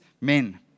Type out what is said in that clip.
men